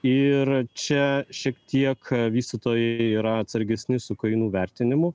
ir čia šiek tiek a vystytojai yra atsargesni su kainų vertinimu